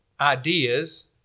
ideas